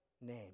name